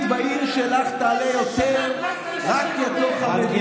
בעיר שלך תעלה יותר רק כי את לא חרדית?